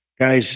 guys